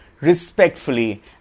respectfully